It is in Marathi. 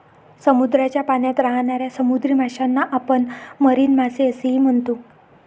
समुद्राच्या पाण्यात राहणाऱ्या समुद्री माशांना आपण मरीन मासे असेही म्हणतो